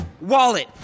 wallet